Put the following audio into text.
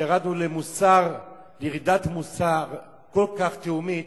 שירדנו למוסר, ירידת מוסר כל כך תהומית,